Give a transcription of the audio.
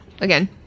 again